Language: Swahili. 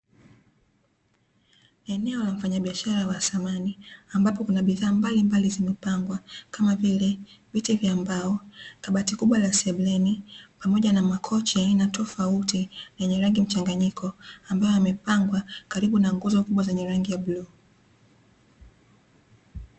Eneo la mfanyabiashara wa thamani ambapo kuna bidhaa mbalimbali zimepangwa kama vile: viti vya mbao, kabati kubwa la sebuleni, pamoja na makochi aina tofauti yenye rangi mchanganyiko ambayo yamepangwa karibu na nguzo kubwa zenye rangi ya bluu.